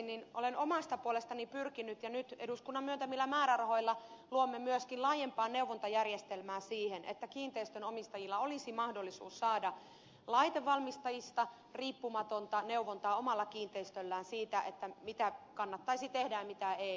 niin kuin totesin olen omasta puolestani pyrkinyt ja nyt eduskunnan myöntämillä määrärahoilla luomme myöskin laajempaa neuvontajärjestelmää siihen että kiinteistönomistajilla olisi mahdollisuus saada laitevalmistajista riippumatonta neuvontaa omalla kiinteistöllään siitä mitä kannattaisi tehdä ja mitä ei